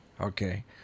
Okay